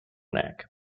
neck